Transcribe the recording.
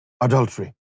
adultery